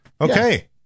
Okay